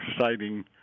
citing